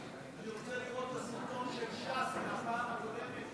אני רוצה לראות את הסרטון של ש"ס מהפעם הקודמת,